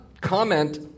comment